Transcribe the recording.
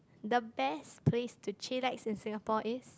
the best place to chillax in Singapore is